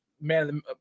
man